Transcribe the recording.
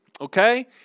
okay